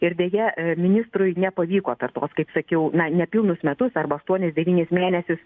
ir deja ministrui nepavyko per tuos kaip sakiau na nepilnus metus arba aštuonis devynis mėnesius